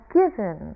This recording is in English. given